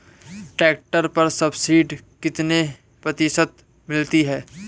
Tractor पर subsidy कितने प्रतिशत मिलती है?